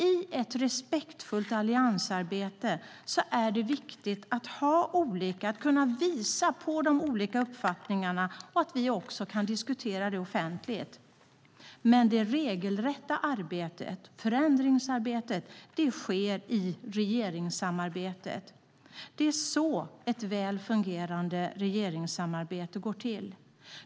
I ett respektfullt alliansarbete är det viktigt att visa på olika uppfattningar och kunna diskutera dem offentligt. Det regelrätta förändringsarbetet sker i regeringssamarbetet. Det är så ett väl fungerande regeringssamarbete går till.